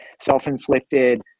self-inflicted